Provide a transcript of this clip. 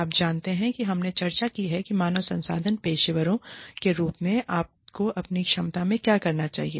आप जानते हैं हमने चर्चा की है कि मानव संसाधन पेशेवरों के रूप में आपको अपनी क्षमता में क्या करना चाहिए